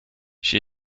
she